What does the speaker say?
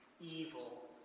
Evil